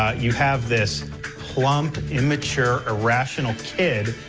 you have this plump immature irrational kid.